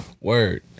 word